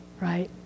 right